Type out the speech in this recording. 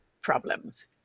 problems